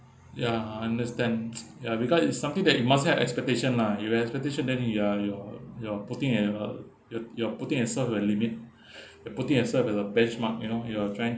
ya I understand ya because it's something that you must have expectation lah you have expectation then you uh you're you're putting you know uh you're you're putting yourself in a limit you're putting yourself as a benchmark you know you're trying